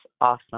awesome